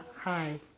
Hi